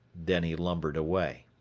then he lumbered away.